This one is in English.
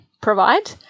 provide